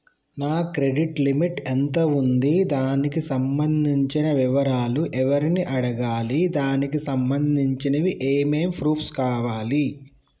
నా credit limit ఎంత ఉంది? దానికి సంబంధించిన వివరాలు ఎవరిని అడగాలి? దానికి సంబంధించిన ఏమేం ప్రూఫ్స్ కావాలి?